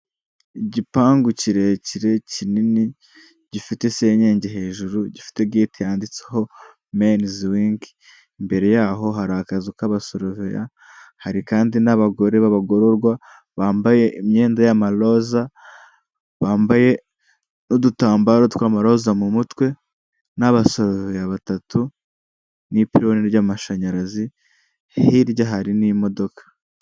Igipangu kirekire kinini gifite senyenge hejuru gifite geti yanditseho meniziwingi. Imbere y'aho hari akazu k'abasoroveya, hari kandi n'abagore b'abagororwa bambaye imyenda y'amaroza, bambaye n'udutambaro tw'amaroza mu mutwe n'abasoroveya batatu n'iporoni ry'amashanyarazi, hirya hari n'imodoka.